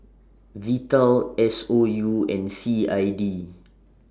Vital S O U and C I D